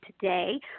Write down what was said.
today